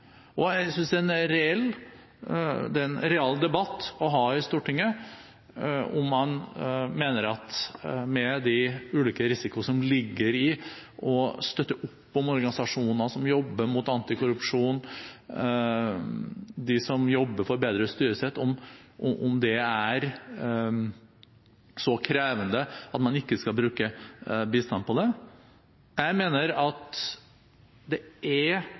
Jeg synes det er en real debatt å ha i Stortinget, om man mener at med de ulike risikoene som ligger i å støtte opp om organisasjoner som jobber mot korrupsjon, de som jobber for bedre styresett, er det så krevende at man ikke skal bruke bistand på det. Jeg mener at det er